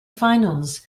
finals